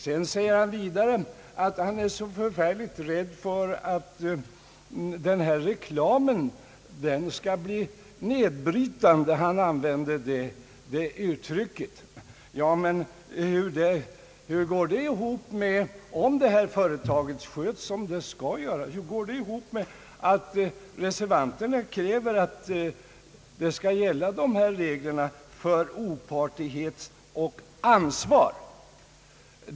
Vidare säger herr Bengtson att han är så förfärligt rädd för att denna reklam skall bli nedbrytande — han använde det uttrycket. Men om detta reklamfinansierade företag sköts som det skall skötas, hur går då det resonemanget ihop med att reservanterna kräver att det skall finnas regler om opartiskhet och ansvar?